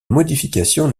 modification